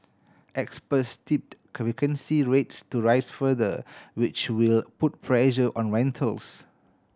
experts tipped vacancy rates to rise further which will put pressure on rentals